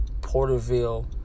Porterville